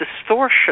distortion